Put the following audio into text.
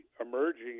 emerging